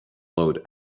load